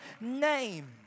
name